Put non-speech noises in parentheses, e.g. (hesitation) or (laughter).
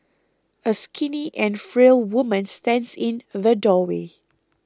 a skinny and frail woman stands in (hesitation) the doorway